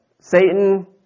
Satan